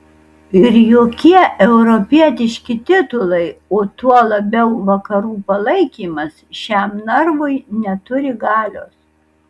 ir jokie europietiški titulai o tuo labiau vakarų palaikymas šiam narvui neturi galios